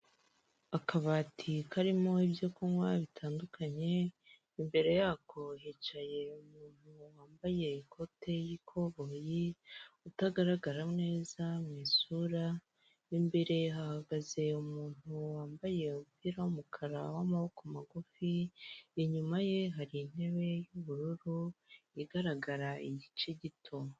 Akabati karimo ibyo kunywa bitandukanye, imbere yako hicaye umuntu wambaye ikote ry'ikoboyi utagaragara neza mu isura, imbere hahagaze umuntu wambaye umupira wumukara w'amaboko magufi, inyuma ye hari intebe y'ubururu igaragara igice gito.